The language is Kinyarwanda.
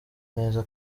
neza